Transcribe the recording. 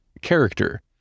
character